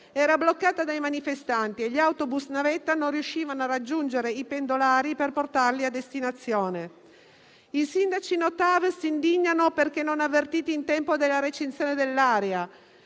era bloccata dai manifestanti e gli autobus navetta non riuscivano a raggiungere i pendolari per portarli a destinazione. I sindaci no TAV si indignano perché non avvertiti in tempo della recinzione dell'area.